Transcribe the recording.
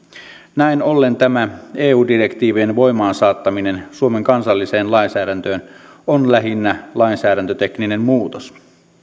näin ollen tämä eu direktiivien voimaan saattaminen suomen kansalliseen lainsäädäntöön on lähinnä lainsäädäntötekninen muutos